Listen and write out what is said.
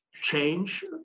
change